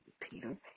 Peter